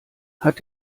hat